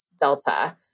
Delta